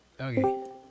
Okay